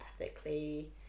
ethically